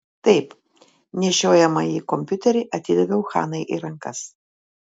taip nešiojamąjį kompiuterį atidaviau hanai į rankas